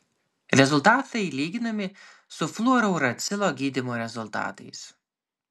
rezultatai lyginami su fluorouracilo gydymo rezultatais